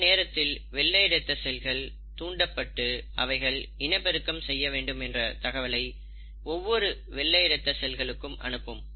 இந்த நேரத்தில் வெள்ளை ரத்த செல்கள் தூண்டப்பட்டு அவைகள் இனப்பெருக்கம் செய்ய வேண்டும் என்ற தகவலை ஒவ்வொரு வெள்ளை ரத்த செல்களுக்கும் அனுப்பும்